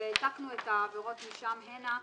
והעתקנו את העבירות משם לכאן.